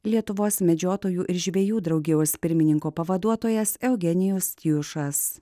lietuvos medžiotojų ir žvejų draugijos pirmininko pavaduotojas eugenijus tijušas